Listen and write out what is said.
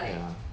ya